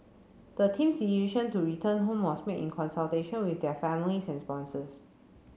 the team's decision to return home was made in consultation with their families and sponsors